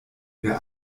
wer